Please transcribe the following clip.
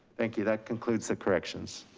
thank you, that concludes the corrections.